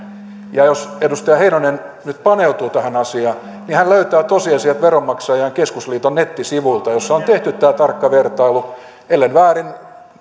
ja jos edustaja heinonen nyt paneutuu tähän asiaan niin hän löytää tosiasiat veronmaksajain keskusliiton nettisivulta missä on tehty tämä tarkka vertailu ellen väärin